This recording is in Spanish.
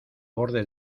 borde